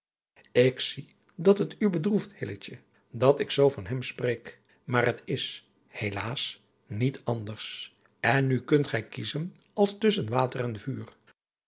zie dat het u bedroeft hilletje dat ik zoo van hem spreek maar het is helaas niet anders en nu kunt gij kiezen als tusschen water en vuur